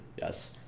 yes